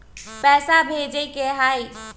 पैसा भेजे के हाइ?